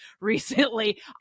recently